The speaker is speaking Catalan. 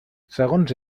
segons